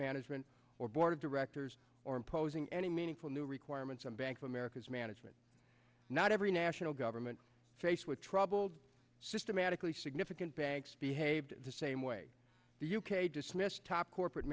management or board of directors or imposing any meaningful new requirements on bank of america's management not every national government face with troubled systematically significant banks behaved the same way the u k dismissed top corporate